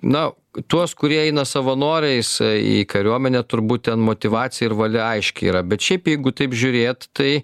na tuos kurie eina savanoriais į kariuomenę turbūt ten motyvacija ir valia aiški yra bet šiaip jeigu taip žiūrėt tai